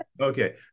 okay